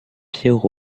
pierre